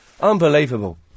Unbelievable